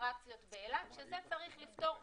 ואטרקציות באילת שזה צריך לפתור משפטית,